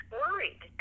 worried